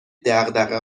دغدغه